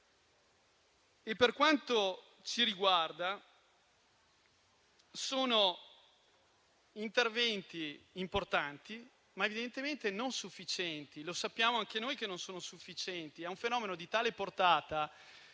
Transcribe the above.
Per quanto ci riguarda, si tratta di interventi importanti, ma evidentemente non sufficienti; sappiamo anche noi che non sono sufficienti, perché è un fenomeno di tale portata che